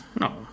No